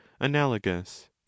analogous